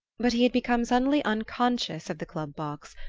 but he had become suddenly unconscious of the club box,